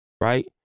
right